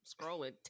scrolling